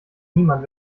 niemand